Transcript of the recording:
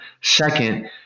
Second